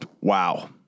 Wow